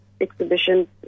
exhibition